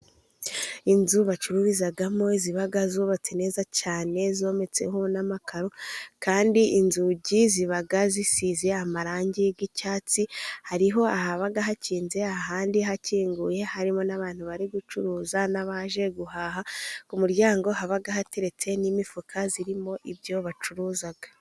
Inzu bacururizamo, ziba zubatse neza cyane, zometseho n'amakaro, kandi inzugi ziba zisize amarangi y'icyatsi, hariho ahaba hakinze, ahandi hakinguye harimo n'abantu, bari gucuruza, n'abaje guhaha, ku muryango haba hateretse n'imifuka irimo ibyo bacuruza.